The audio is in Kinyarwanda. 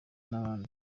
n’abandi